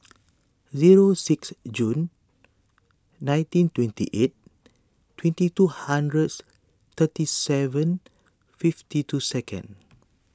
zero six June nineteen twenty eight twenty two hundreds thirty seven fifty two seconds